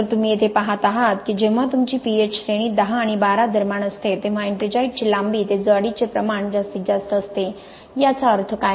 तर तुम्ही येथे पहात आहात की जेव्हा तुमची pH श्रेणी 10 आणि 12 दरम्यान असते तेव्हा एट्रिंजाइटची लांबी ते जाडीचे प्रमाण जास्तीत जास्त असते याचा अर्थ काय